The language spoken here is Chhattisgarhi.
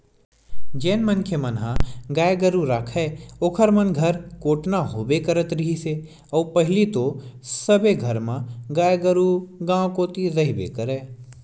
जेन मनखे मन ह गाय गरु राखय ओखर मन घर कोटना होबे करत रिहिस हे अउ पहिली तो सबे घर म गाय गरु गाँव कोती रहिबे करय